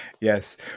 Yes